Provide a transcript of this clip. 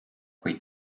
kui